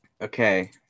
Okay